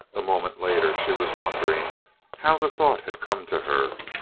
a moment later she was wondering how the thought had come to her.